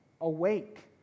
awake